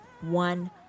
one